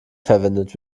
verwendet